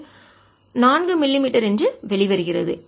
அது 4 மிமீ என்று வெளிவருகிறது